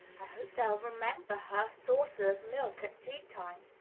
hope they'll remember her saucer of milk at tea-time.